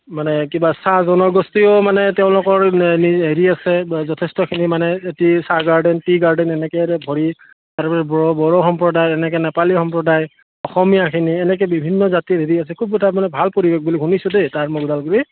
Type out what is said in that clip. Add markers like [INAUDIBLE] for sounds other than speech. মানে কিবা চাহ জনগোষ্ঠীও মানে তেওঁলোকৰ হেৰি আছে যথেষ্টখিনি মানে এটি চাহ গাৰ্ডেন টি গাৰ্ডেন এনেকেৰে ভৰি তাৰপৰা বড়ো সম্প্ৰদায় এনেকে নেপী সম্প্ৰদায় অসমীয়াখিনি এনেকে বিভিন্ন জাতিৰ হেৰি আছে খুব এটা মানে ভাল পৰিৱেশ বুলি শুনিছোঁ দেই তাৰ [UNINTELLIGIBLE]